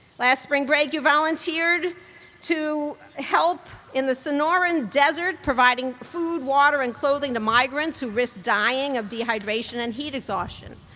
last spring break, you volunteered to help in the sonoran desert, providing food, water, and clothing to migrants who risked dying of dehydration and heat exhaustion.